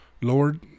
Lord